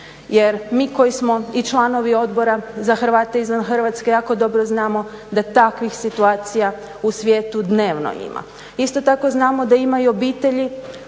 jer mi koji smo i članovi Odbora za Hrvate izvan Hrvatske jako dobro znamo da takvih situacija u svijetu dnevno ima. Isto tako znamo da ima i obitelji